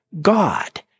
God